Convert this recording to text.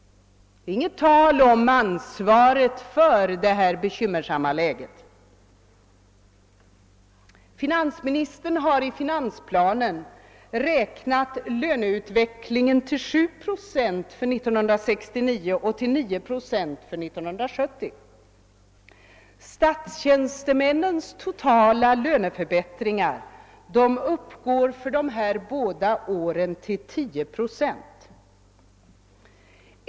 Det är inget tal om ansvaret för det bekymmersamma läget. Finansministern har i finansplanen beräknat löneutvecklingen till 7 procent för 1969 och till 9 procent för 1970. Statstjänstemännens totala löneförbättringar uppgår för dessa båda år till 10 procent.